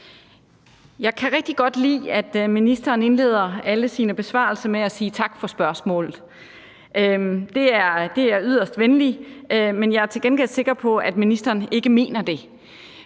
Jeg kan rigtig godt lide, at ministeren indleder alle sine besvarelser med at sige: Tak for spørgsmålet. Det er yderst venligt, men jeg er til gengæld sikker på, at ministeren ikke mener det.